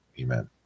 Amen